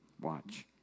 Watch